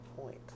point